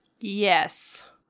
Yes